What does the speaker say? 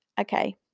okay